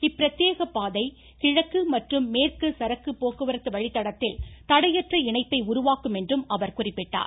இப்பிரத்யேக பாதை கிழக்கு மற்றும் மேற்கு சரக்கு போக்குவரத்து வழித்தடத்தில் தடையற்ற இணைப்பை உருவாக்கும் என்றும் அவர் குறிப்பிட்டார்